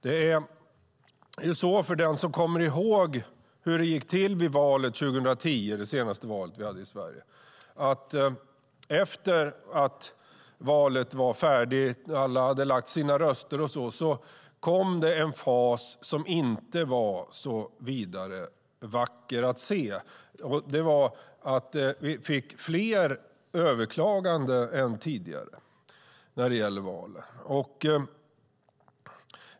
Den som kommer ihåg vet hur det gick till vid det senaste valet vi hade i Sverige 2010. Efter att valet var färdigt och alla hade lagt sina röster kom det en fas som inte var så vidare vacker att se när vi fick fler överklaganden än tidigare som gällde valet.